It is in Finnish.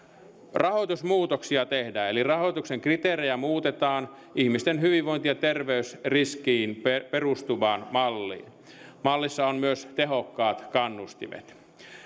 rahoitusmuutoksia tehdään eli rahoituksen kriteerejä muutetaan ihmisten hyvinvointi ja terveysriskiin perustuvaan malliin mallissa on myös tehokkaat kannustimet